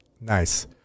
Nice